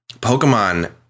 Pokemon